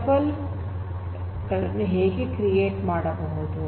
tuple tuple ಗಳನ್ನು ಹೇಗೆ create ಮಾಡಬಹುದು